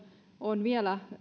on vielä